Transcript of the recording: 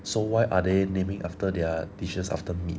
so why are they naming after their dishes after meat